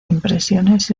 impresiones